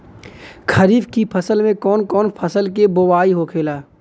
खरीफ की फसल में कौन कौन फसल के बोवाई होखेला?